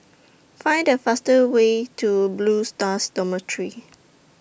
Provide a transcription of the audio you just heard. Find The fastest Way to Blue Stars Dormitory